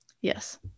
Yes